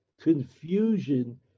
confusion